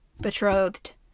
betrothed